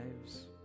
lives